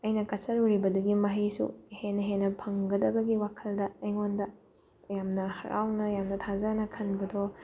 ꯑꯩꯅ ꯀꯠꯆꯔꯨꯔꯤꯕꯗꯨꯒꯤ ꯃꯍꯩꯁꯨ ꯍꯦꯟꯅ ꯍꯦꯟꯅ ꯐꯪꯒꯗꯕꯒꯤ ꯋꯥꯈꯜꯗ ꯑꯩꯉꯣꯟꯗ ꯌꯥꯝꯅ ꯍꯔꯥꯎꯅ ꯌꯥꯝꯅ ꯊꯥꯖꯅ ꯈꯟꯕꯗꯣ